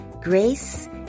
grace